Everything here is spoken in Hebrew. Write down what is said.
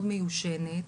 מאוד מיושנת,